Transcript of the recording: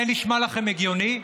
זה נשמע לכם הגיוני?